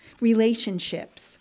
relationships